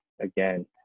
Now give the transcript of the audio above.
again